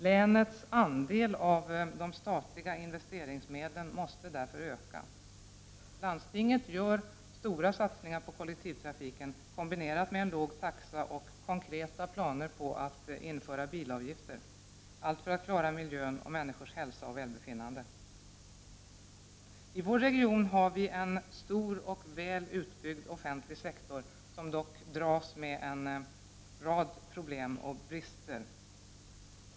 Länets andel av de statliga investeringsmedlen måste därför öka. Stockholms läns landsting gör stora satsningar på kollektivtrafiken kombinerat med en låg taxa, och man har konkreta planer på att införa bilavgifter — allt detta för att värna miljön och människors hälsa och välbefinnande. I vår region har vi en stor och väl utbyggd offentlig sektor, som dock dras med en rad problem och brister.